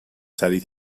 سریع